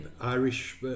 Irish